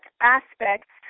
aspects